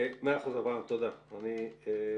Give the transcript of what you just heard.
תודה, אברהם.